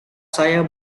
saya